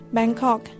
Bangkok